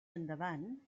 endavant